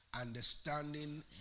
Understanding